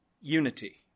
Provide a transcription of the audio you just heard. unity